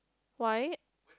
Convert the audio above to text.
why